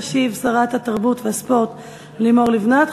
תשיב שרת התרבות והספורט לימור לבנת.